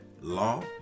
law